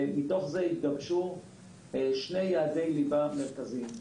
ומתוך זה התגבשו שני יעדי ליבה מרכזיים.